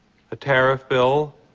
a tariff bill,